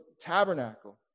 tabernacle